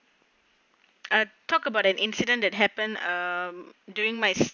I'll talk about an incident that happen err during my